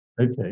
Okay